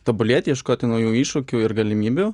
tobulėti ieškoti naujų iššūkių ir galimybių